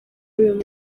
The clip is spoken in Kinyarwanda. uyu